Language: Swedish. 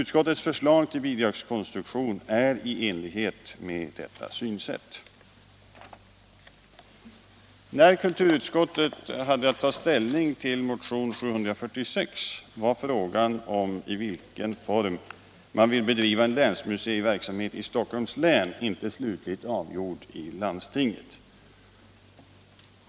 Utskottets förslag till bidragskonstruktion är utformat i enlighet med detta synsätt. När kulturutskottet hade att ta ställning till motionen 746 var frågan om i vilken form man vill bedriva en länsmuseiverksamhet i Stockholms län inte slutligt avgjord i landstinget.